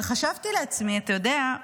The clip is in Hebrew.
אבל חשבתי לעצמי, אתה יודע,